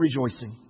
rejoicing